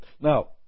now